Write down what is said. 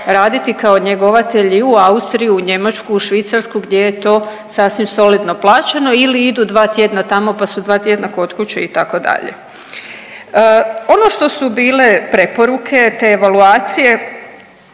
raditi kao njegovatelj i u Austriju, u Njemačku, u Švicarsku gdje je to sasvim solidno plaćeno ili idu dva tjedna tamo, pa su dva tjedna kod kuće itd.. Ono što su bile preporuke te evaluacije,